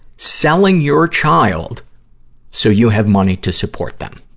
selling your child so you have money to support them.